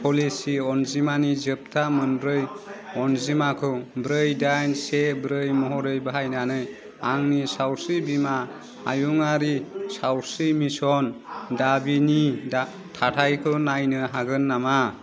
policy अनजिमानि जोबथा मोनब्रै अनजिमाखौ ब्रै दाइन से ब्रै महरै बाहायनानै आंनि सावस्रि बीमा आयुङारि सावस्रि मिसन दाबिनि थाथायखौ नायनो हागोन नामा